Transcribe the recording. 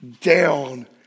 down